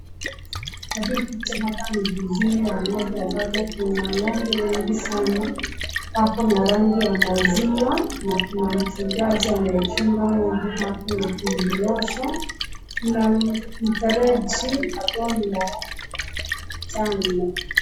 Kwa hii picha ni zizi pa ng'ombe ambapo pana ng'ombe wengi sana, wako na rangi ya maziwa na mchungaji amechunga ng'ombe hapa na kuziosha na mfereji ambao ni wa rangi ya kijano.